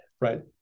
Right